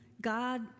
God